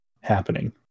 happening